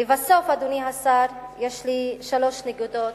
לבסוף, אדוני השר, שלוש נקודות.